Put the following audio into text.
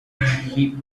heap